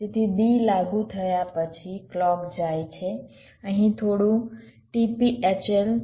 તેથી D લાગુ થયા પછી ક્લૉક જાય છે અહીં થોડું t p hl